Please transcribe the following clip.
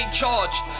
charged